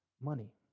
money